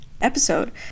episode